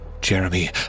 Jeremy